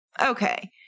Okay